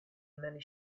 many